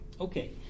Okay